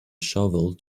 shovel